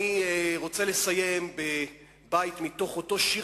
אני רוצה לסיים בבית מתוך אותו שיר